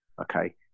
Okay